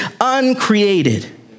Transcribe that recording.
uncreated